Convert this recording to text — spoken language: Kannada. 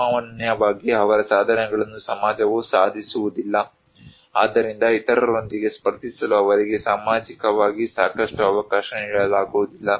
ಸಾಮಾನ್ಯವಾಗಿ ಅವರ ಸಾಧನೆಗಳನ್ನು ಸಮಾಜವು ಸಾಧಿಸುವುದಿಲ್ಲ ಆದ್ದರಿಂದ ಇತರರೊಂದಿಗೆ ಸ್ಪರ್ಧಿಸಲು ಅವರಿಗೆ ಸಾಮಾಜಿಕವಾಗಿ ಸಾಕಷ್ಟು ಅವಕಾಶ ನೀಡಲಾಗುವುದಿಲ್ಲ